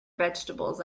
vegetables